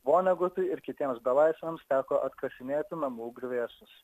vonegutui ir kitiems belaisviams teko atkasinėti namų griuvėsius